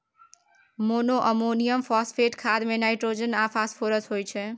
monoammonium phosphate खाद मे nitrogen आ फास्फोरस होइ छै